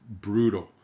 brutal